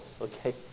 okay